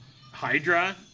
Hydra